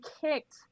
kicked